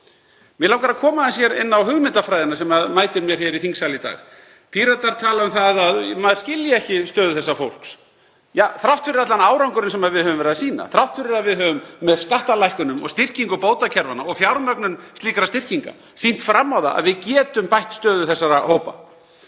Mig langar að koma aðeins inn á hugmyndafræðina sem mætir mér hér í þingsal. Píratar tala um að maður skilji ekki stöðu þessa fólks, þrátt fyrir allan árangurinn sem við höfum verið að sýna, þrátt fyrir að við höfum með skattalækkunum og styrkingu bótakerfanna og fjármögnun slíkra styrkinga sýnt fram á að við getum bætt stöðu þessara hópa.